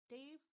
Dave